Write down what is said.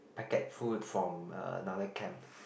packet food from another camp